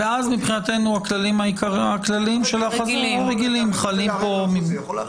אז מבחינתנו הכללים הרגילים חלים כאן.